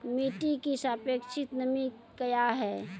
मिटी की सापेक्षिक नमी कया हैं?